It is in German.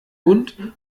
und